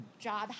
job